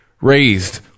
raised